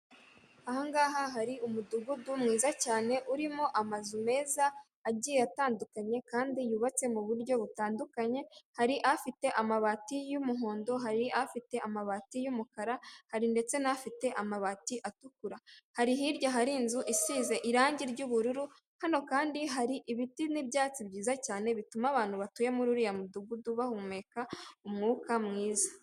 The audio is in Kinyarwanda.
Aha ngaha hari umudugudu mwiza cyane, urimo amazu meza agiye atandukanye kandi yubatse mu buryo butandukanye, hari afite amabati y'umuhondo, hari afite amabati y'umukara, hari ndetse n'afite amabati atukura, hari hirya hari inzu isize irangi ry'ubururu, hano kandi hari ibiti n'ibyatsi byiza cyane bituma abantu batuye muri uriya mudugudu bahumeka umwuka mwiza.